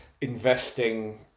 investing